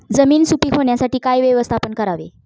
जमीन सुपीक होण्यासाठी काय व्यवस्थापन करावे?